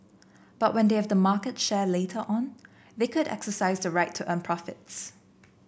but when they have the market share later on they could exercise the right to earn profits